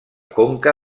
conca